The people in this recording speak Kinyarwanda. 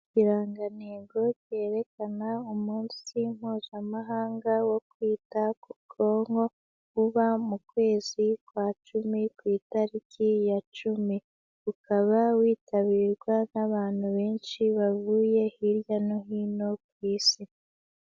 Ikirangantego cyerekana umunsi mpuzamahanga wo kwita ku bwonko, uba mu kwezi kwa cumi ku itariki ya cumi. Ukaba witabirwa n'abantu benshi bavuye hirya no hino ku Isi.